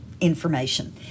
information